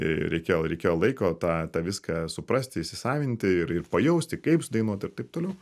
reikėjo reikėjo laiko tą tą viską suprasti įsisavinti ir ir pajausti kaip sudainuot ir taip toliau